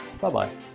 Bye-bye